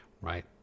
right